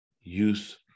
use